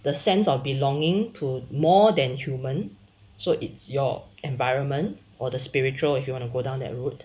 the sense of belonging to more than human so it's your environment or the spiritual if you want to go down that route